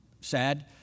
Sad